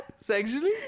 Sexually